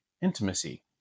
intimacy